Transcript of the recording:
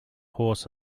horse